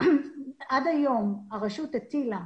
עד היום הרשות הטילה